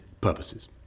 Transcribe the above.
purposes